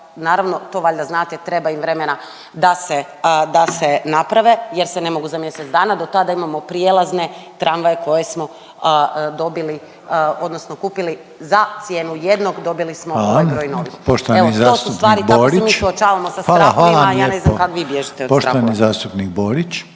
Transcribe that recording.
naravno to valjda znate, treba im vremena da se, da se naprave jer se ne mogu za mjesec dana. Do tada imamo prijelazne tramvaje koje smo dobili odnosno kupili za cijenu jednog, dobili smo ovaj …/Upadica Reiner: Hvala, poštovani zastupnik Borić./…